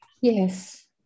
Yes